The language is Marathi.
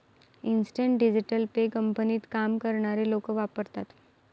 इन्स्टंट डिजिटल पे कंपनीत काम करणारे लोक वापरतात